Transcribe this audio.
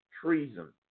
treason